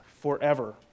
forever